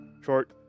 short